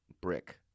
Brick